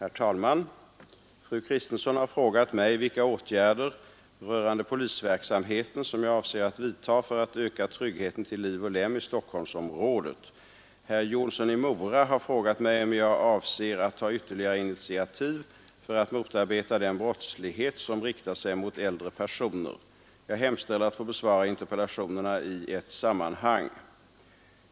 Herr talman! Fru Kristensson har frågat mig vilka åtgärder rörande polisverksamheten som jag avser att vidta för att öka tryggheten till liv och lem i Stockholmsområdet. Herr Jonsson i Mora har frågat mig om jag avser att ta ytterligare initiativ för att motarbeta den brottslighet som riktar sig mot äldre personer. Jag hemställer att få besvara interpellationerna i ett sammanhang.